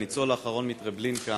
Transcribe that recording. הניצול האחרון מטרבלינקה.